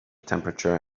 temperature